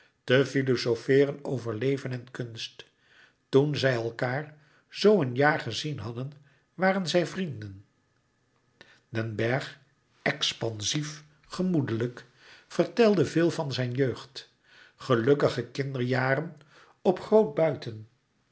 te filozofeeren over leven en kunst toen zij elkaâr zoo een jaar gezien hadden waren zij vrienden den bergh expansief gemoedelijk vertelde veel van zijn jeugd gelukkige kinderjaren op groot buiten